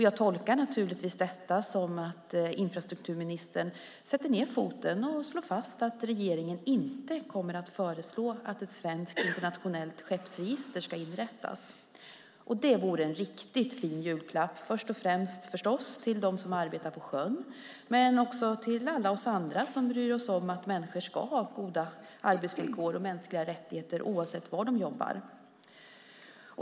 Jag tolkar naturligtvis detta som att infrastrukturministern sätter ned foten och slår fast att regeringen inte kommer att föreslå att ett svenskt internationellt skeppsregister ska inrättas. Det vore en riktigt fin julklapp, först och främst - förstås - till dem som arbetar på sjön, men också till alla oss andra som bryr oss om att människor ska ha goda arbetsvillkor och mänskliga rättigheter oavsett var de jobbar.